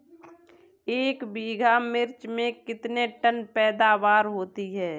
एक बीघा मिर्च में कितने टन पैदावार होती है?